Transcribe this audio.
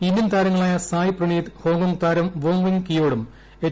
Indian താരങ്ങളായ Sai Praneeth Hong Kong താരം Wong Wing കിയോടും എച്ച്